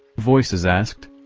voices asked.